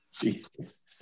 Jesus